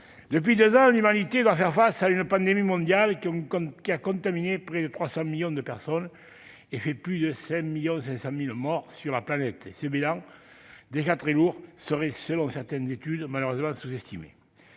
depuis deux ans, l'humanité doit faire face à une pandémie qui a touché près de 300 millions de personnes et fait plus de 5,5 millions de morts sur la planète ; et ce bilan, déjà particulièrement lourd, serait, selon certaines études, malheureusement sous-estimé.